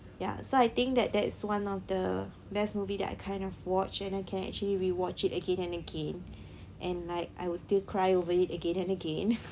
ya so I think that that is one of the best movie that I kind of watch and I can actually rewatch it again and again and like I would still cry over it again and again